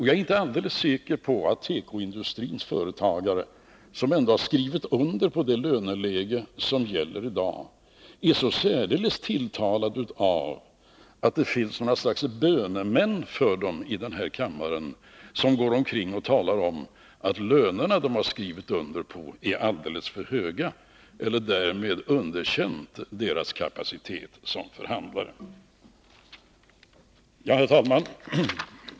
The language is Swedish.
Jag är inte alldeles säker på att tekoindustrins företagare, som ändå har skrivit under på det löneläge som gäller i dag, är så särdeles tilltalade av att det finns några slags bönemän för dem i den här kammaren, som går omkring och talar om att de löner företagarna har skrivit under på är alldeles för höga och som därmed underkänner deras kapacitet som förhandlare. Herr talman!